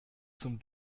zum